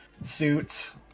suits